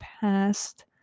past